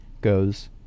goes